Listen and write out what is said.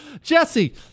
Jesse